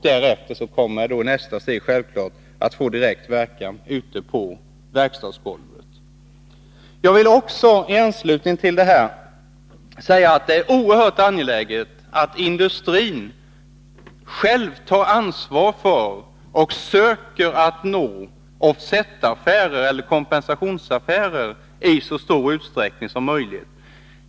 Därefter kommer självfallet nästa steg att få direkt verkan ute på verkstadsgolvet. Jag vill också i anslutning till detta säga att det är oerhört angeläget att industrin själv tar ansvar för och söker att genomföra kompensationsaffärer i så stor utsträckning som möjligt.